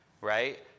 right